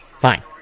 Fine